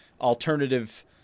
alternative